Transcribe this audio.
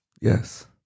Yes